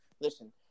Listen